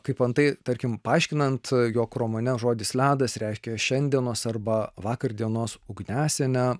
kaip antai tarkim paaiškinant jog romane žodis ledas reiškia šiandienos arba vakar dienos ugniasienę